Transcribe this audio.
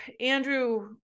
andrew